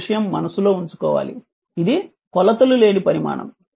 ఈ విషయం మనసులో ఉంచుకోవాలి ఇది కొలతలు లేని పరిమాణం